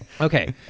Okay